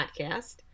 Podcast